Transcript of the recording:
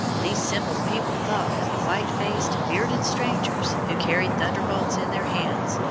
these simple people thought that the white-faced, bearded strangers, who carried thunderbolts in their hands,